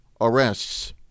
arrests